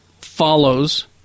follows